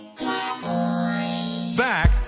Back